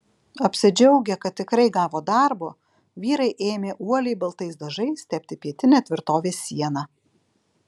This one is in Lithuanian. apsidžiaugę kad tikrai gavo darbo vyrai ėmė uoliai baltais dažais tepti pietinę tvirtovės sieną